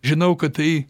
žinau kad tai